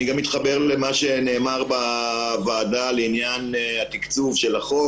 אני גם מתחבר למה שנאמר בוועדה לעניין התקצוב של החוק.